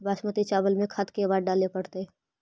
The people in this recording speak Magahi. बासमती चावल में खाद के बार डाले पड़तै?